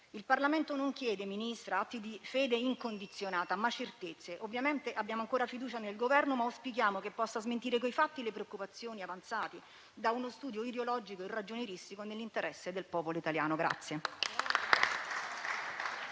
Il Parlamento, signora Ministra, non chiede atti di fede incondizionata, ma certezze. Ovviamente abbiamo ancora fiducia nel Governo, ma auspichiamo che possa smentire con i fatti le preoccupazioni avanzate da uno studio ideologico e ragionieristico nell'interesse del popolo italiano.